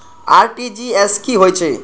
RTGS की होय छै